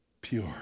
pure